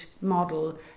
model